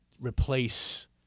replace